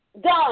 done